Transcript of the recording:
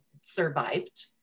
survived